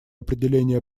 определения